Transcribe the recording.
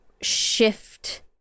shift